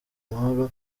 amahoro